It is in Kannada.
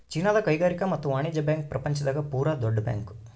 ಚೀನಾದ ಕೈಗಾರಿಕಾ ಮತ್ತು ವಾಣಿಜ್ಯ ಬ್ಯಾಂಕ್ ಪ್ರಪಂಚ ದಾಗ ಪೂರ ದೊಡ್ಡ ಬ್ಯಾಂಕ್